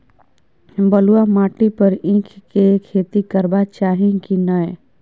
बलुआ माटी पर ईख के खेती करबा चाही की नय?